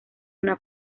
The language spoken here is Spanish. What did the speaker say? una